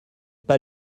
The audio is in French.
pas